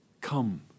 come